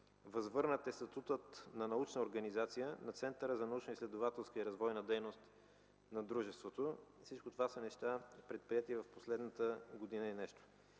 Възвърнат е статутът на научна организация на Центъра за научно-изследователска и развойна дейност на дружеството. Всичко това са неща предприети през последната година и нещо.